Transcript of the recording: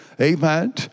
Amen